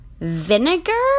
Vinegar